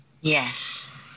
Yes